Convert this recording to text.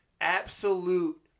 absolute